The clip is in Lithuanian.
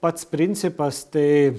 pats principas tai